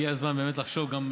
איתן, אני רוצה להציע לך עסקה.